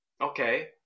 okay